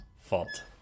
fault